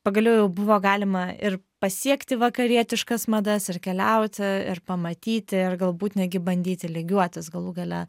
pagaliau jau buvo galima ir pasiekti vakarietiškas madas ir keliauti ir pamatyti ir galbūt netgi bandyti lygiuotis galų gale